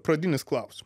pradinis klausimas